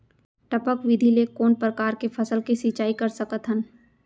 टपक विधि ले कोन परकार के फसल के सिंचाई कर सकत हन?